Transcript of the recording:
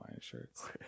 shirts